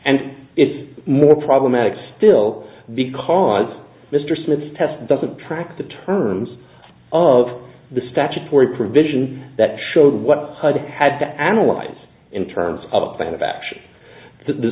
and it's more problematic still because mr smith's test doesn't track the terms of the statutory provision that showed what hud had to analyze in terms of a plan of action th